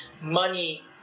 money